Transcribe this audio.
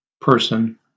person